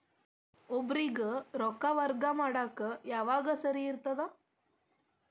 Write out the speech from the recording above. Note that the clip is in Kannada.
ಒಬ್ಬರಿಗ ರೊಕ್ಕ ವರ್ಗಾ ಮಾಡಾಕ್ ಯಾವಾಗ ಸರಿ ಇರ್ತದ್?